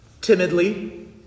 timidly